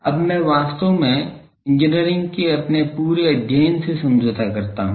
अब मैं वास्तव में इंजीनियरिंग के अपने पूरे अध्ययन से समझौता करता हूं